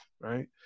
right